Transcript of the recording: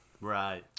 right